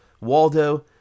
Waldo